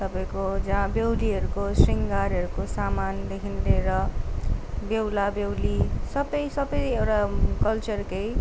तपाईँको जहाँ बेहुलीहरूको श्रृङ्गारहरूको सामानदेखि लिएर बेहुला बेहुली सबै सबै एउटा कल्चरकै